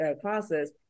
classes